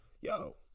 Yo